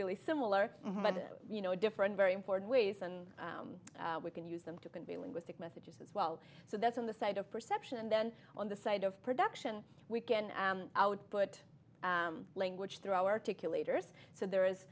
really similar you know different very important ways and we can use them to convey linguistic messages as well so that's on the side of perception and then on the side of production we can output language through our ticket leaders so there is